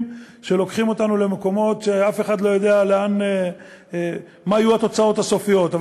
שלוקחים אותנו למקומות שאף אחד לא יודע מה יהיו התוצאות הסופיות.